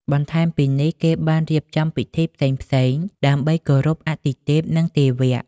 បន្ថែមពីនេះ គេបានរៀបចំពិធីផ្សេងៗ ដើម្បីគោរពអាទិទេព និងទេវៈ។